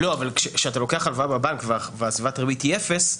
אבל כשאתה לוקח הלוואה בבנק וסביבת הריבית היא אפס,